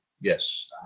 Yes